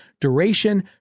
duration